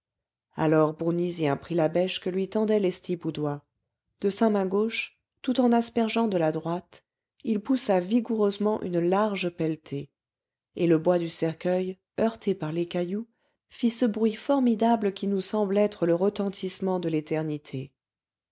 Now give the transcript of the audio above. alors bournisien prit la bêche que lui tendait lestiboudois de sa main gauche tout en aspergeant de la droite il poussa vigoureusement une large pelletée et le bois du cercueil heurté par les cailloux fit ce bruit formidable qui nous semble être le retentissement de l'éternité